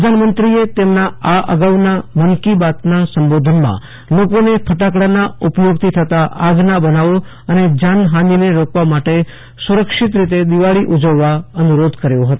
પ્રધાનમંત્રીએ તેમના આ અગાઉના મન કી બાતના સંબોધનમાં લોકોને ફટાકડાના ઉપયોગથી થતાં આગના બનાવો અને જાનહાનિને રોકવા માટે સુરક્ષિત રીતે દિવાળી ઉજવવા અનુરોધ કર્યો હતો